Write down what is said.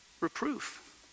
reproof